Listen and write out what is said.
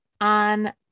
on